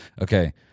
Okay